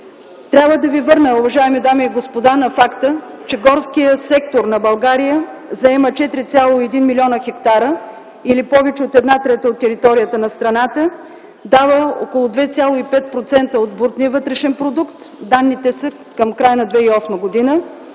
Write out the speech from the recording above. трябва да ви върна на факта, че горският сектор на България заема 4,1 млн. Хектара, или повече от една трета от територията на страната. Дава около 2,5% от брутния вътрешен продукт, данните са към края на 2008 г.,